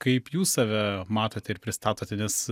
kaip jūs save matote ir pristatote nes